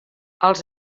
als